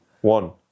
One